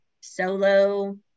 solo